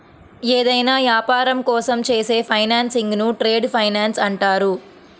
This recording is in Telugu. ఏదైనా యాపారం కోసం చేసే ఫైనాన్సింగ్ను ట్రేడ్ ఫైనాన్స్ అంటారు